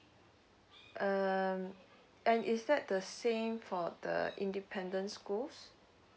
um and is that the same for the independent schools